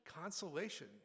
consolation